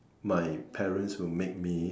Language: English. my parents will make me